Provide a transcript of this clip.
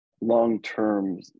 long-term